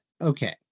okay